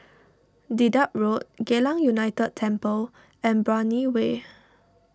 Dedap Road Geylang United Temple and Brani Way